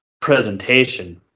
presentation